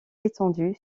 étendue